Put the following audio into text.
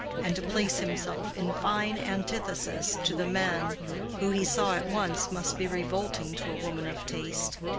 and to place himself in fine antithesis to the men who, he saw at once, must be revolting to a woman of taste.